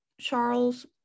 Charles